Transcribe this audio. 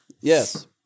Yes